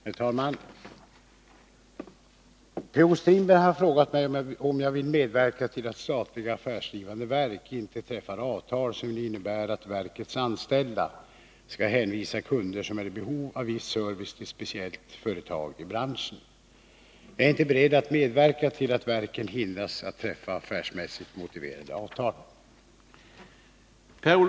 Herr talman! Per-Olof Strindberg har frågat mig om jag vill medverka till att statliga affärsdrivande verk inte träffar avtal som innebär att verkets anställda skall hänvisa kunder som är i behov av viss service till speciellt företag i branschen. Jag är inte beredd att medverka till att verken hindras att träffa affärsmässigt motiverade avtal.